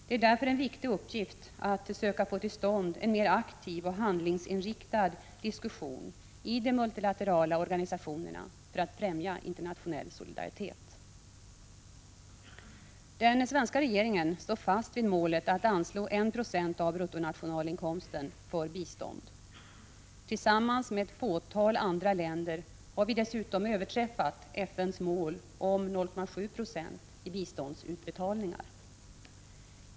Det är därför en viktig uppgift att söka få till stånd en mer aktiv och handlingsinriktad diskussion i de multilaterala organisationerna för att främja internationell solidaritet. Den svenska regeringen står fast vid målet att anslå 1 90 av bruttonationalinkomsten för bistånd. Tillsammans med ett fåtal andra länder har Sverige dessutom överträffat FN:s mål om 0,7 96 i biståndsutbetalningar.